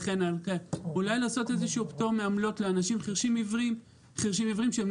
אולי צריך לעשות פטור מעמלות לאנשים חירשים עיוורים שלא